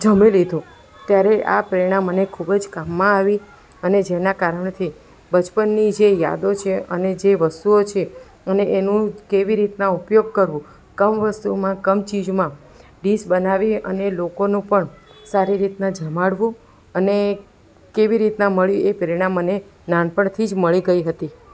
જમી લીધું ત્યારે આ પ્રેરણા મને ખૂબ જ કામમાં આવી અને જેના કારણથી બચપણની જે યાદો છે અને જે વસ્તુઓ છે અને એનું કેવી રીતના ઉપયોગ કરવો કમ વસ્તુઓમાં કમ ચીજમાં ડીશ બનાવી અને લોકોનું પણ સારી રીતના જમાડવું અને કેવી રીતના મળી એ પ્રેરણા મને નાનપણથી જ મળી ગઈ હતી